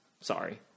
Sorry